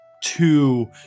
two